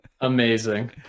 Amazing